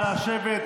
נא לשבת.